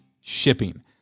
shipping